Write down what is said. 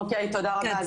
אוקי, תודה רבה.